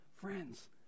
Friends